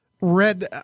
Red